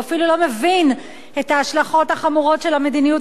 הוא אפילו לא מבין את ההשלכות החמורות של המדיניות